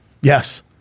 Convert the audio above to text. yes